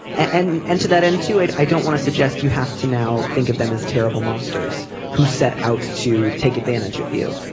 and and to that it i don't want to suggest you have to now think of them as terrible monsters who set out to take advantage of you